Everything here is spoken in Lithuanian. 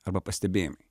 arba pastebėjimai